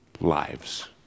lives